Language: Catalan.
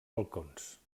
balcons